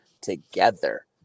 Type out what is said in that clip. together